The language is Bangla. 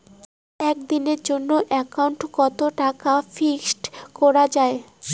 কতদিনের জন্যে একাউন্ট ওত টাকা ফিক্সড করা যায়?